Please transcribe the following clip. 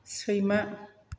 सैमा